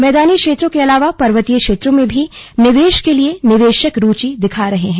मैदानी क्षेत्रों के अलावा पर्वतीय क्षेत्रों में भी निवेश के लिए निवेशक रुचि दिखा रहे हैं